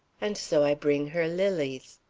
and so i bring her lilies.